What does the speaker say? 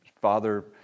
father